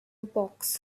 box